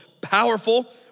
powerful